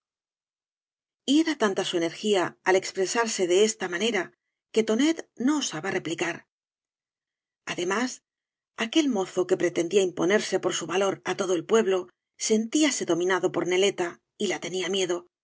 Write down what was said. era tanta su energía al expresarse de esta manera que tonet no osaba replicar además aquel mozo que pretendía imponerse por su valor á todo el pueblo sentíase dominado por neleta y la tenía miedo